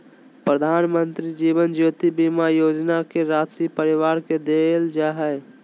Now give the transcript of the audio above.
प्रधानमंत्री जीवन ज्योति बीमा योजना के राशी परिवार के देल जा हइ